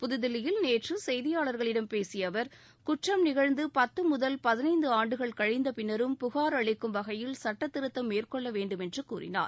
புதுதில்லியில் நேற்று செய்தியாளர்களிடம் பேசிய அவர் குற்றம் நிகழ்ந்து பத்து முதல் பதினைந்து ஆண்டுகள் கழிந்த பின்னரும் புகார் அளிக்கும் வகையில் சட்டத் திருத்தம் மேற்கொள்ள வேண்டுமென்று கூறினார்